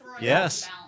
Yes